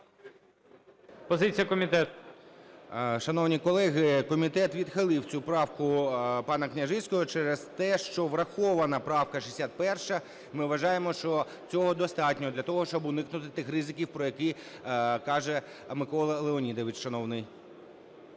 ПОТУРАЄВ М.Р. Шановні колеги, комітет відхилив цю правку пана Княжицького через те, що врахована правка 61, ми вважаємо, що цього достатньо для того, щоб уникнути тих ризиків, про які каже Микола Леонідович шановний.